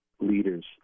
leaders